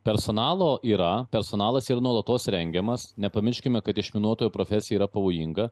personalo yra personalas yra nuolatos rengiamas nepamirškime kad išminuotojo profesija yra pavojinga